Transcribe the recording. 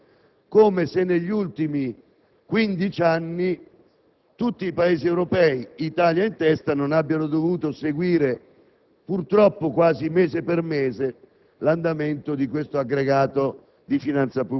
è un aggregato statistico, convenzionabile dall'EUROSTAT, come se negli ultimi 15 anni tutti i Paesi europei, Italia in testa, non abbiano dovuto seguire